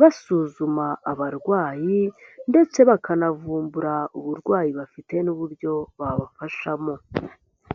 basuzuma abarwayi ndetse bakanavumbura uburwayi bafite n'uburyo babafashamo.